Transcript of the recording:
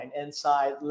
inside